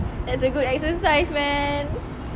that's a good exercise man